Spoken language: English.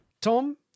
Tom